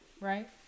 right